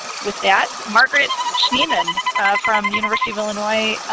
with that, margaret schnemmann from university of illinois